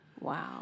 Wow